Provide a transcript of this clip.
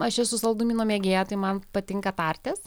aš esu saldumynų mėgėja tai man patinka tartės